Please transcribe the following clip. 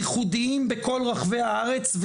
ייחודיים בכל רחבי הארץ.